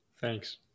Thanks